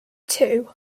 two